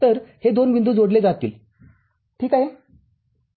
तरहे दोन बिंदू जोडले जातील ठीक आहे